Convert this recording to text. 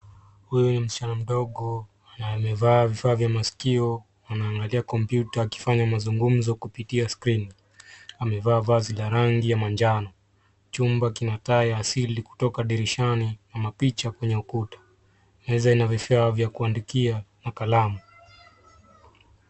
Huyu ni msichana mdogo na amevaa vifaa vya masikio. Anaangalia kompyuta akifanya mazungumzo kupitia skrini. Amevaa vazi la rangi ya manjano. Chumba kina taa ya asili kutoka dirishani na mapicha kwenye ukuta. Meza ina vifaa vya kuandikia na kalamu.